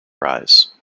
rise